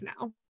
now